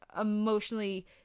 emotionally